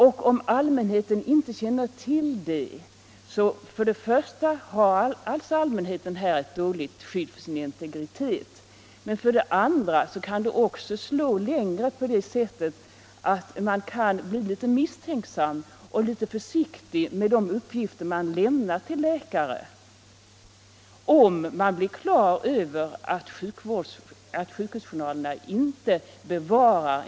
Om allmänheten blir på det klara med att den enskildes integritet när det gäller sjukhusjournalerna inte bevaras ordentligt kan det leda till att man blir misstänksam och därför litet försiktig med de uppgifter som man lämnar till en läkare. Herr talman!